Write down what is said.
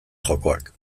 jokoak